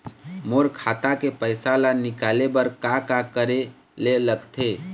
मोर खाता के पैसा ला निकाले बर का का करे ले लगथे?